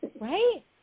Right